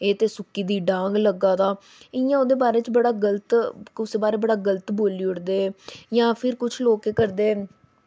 एह् ते सुक्की दी डांग लग्गा दा इ'यां ओह्दे बारे च बड़ा गल्त बोल्ली ओड़दे जां फिर लोग कुछ केह् करदे